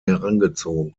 herangezogen